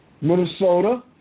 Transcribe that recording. Minnesota